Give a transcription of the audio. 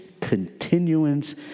continuance